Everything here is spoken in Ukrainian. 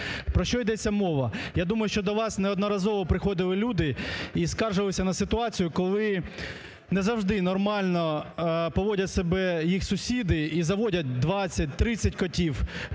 Про що йдеться мова? Я думаю, що до вас неодноразово приходили люди і скаржилися на ситуацію, коли не завжди нормально поводять себе їх сусіди і заводять 20-30 котів,